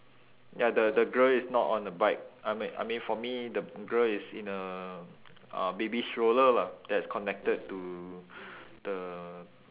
ya the the girl is not on the bike I me~ I mean for me the girl is in a uh baby stroller lah that's connected to the